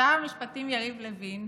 שר המשפטים יריב לוין,